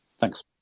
Thanks